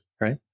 right